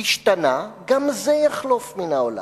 השתנה, גם זה יחלוף מן העולם.